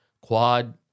Quad